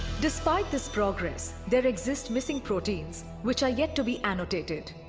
despite this progress, there exist missing proteins which are yet to be annotated.